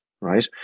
right